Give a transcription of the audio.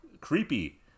creepy